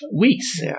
weeks